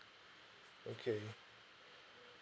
okay